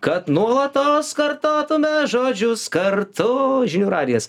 kad nuolatos kartotume žodžius kartu žinių radijas